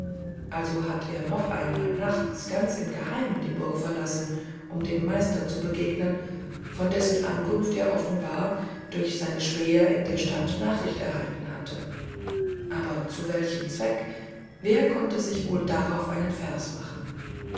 also hatte er noch einmal nachts ganz im geheimen die burg verlassen um dem meister zu begegnen von dessen ankunft er offenbar durch seine späher in der stadt nachricht erhalten hatte aber zu welchem zweck wer konnte sich wohl darauf einen vers machen